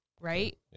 right